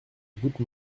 goutte